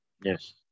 Yes